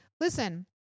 listen